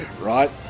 Right